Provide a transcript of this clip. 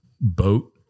boat